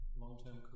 long-term